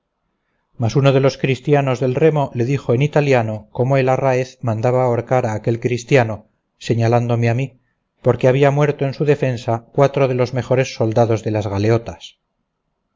mas uno de los cristianos del remo le dijo en italiano como el arraéz mandaba ahorcar a aquel cristiano señalándome a mí porque había muerto en su defensa cuatro de los mejores soldados de las galeotas